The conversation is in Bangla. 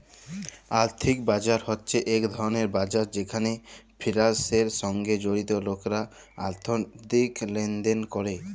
আর্থিক বাজার হছে ইক ধরলের বাজার যেখালে ফিলালসের সঙ্গে জড়িত লকরা আথ্থিক লেলদেল ক্যরে